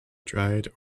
dried